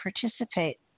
participate